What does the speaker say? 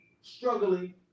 struggling